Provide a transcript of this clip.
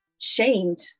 shamed